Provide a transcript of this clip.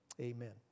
Amen